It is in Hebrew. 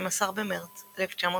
ב-12 במרץ 1945,